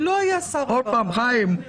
חיים,